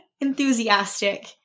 enthusiastic